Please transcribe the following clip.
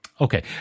Okay